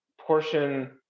portion